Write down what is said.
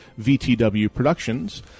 vtwproductions